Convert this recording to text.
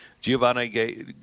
Giovanni